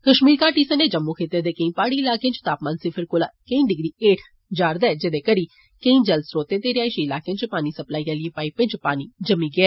कष्मीर घाटी सने जम्मू खित्ते दे केई प्हाड़ी इलाकें च तापमान सिफर कोला केई डिग्री हेठ रेहा जेह्दे करी केई जल स्रोतें ते रिहायषी इलाकें च पानी सप्लाई आह्ली पाईपें च पानी जम्मी गेआ